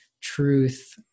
truth